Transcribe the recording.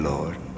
Lord